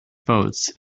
votes